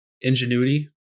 ingenuity